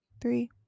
three